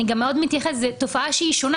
זו תופעה שהיא שונה,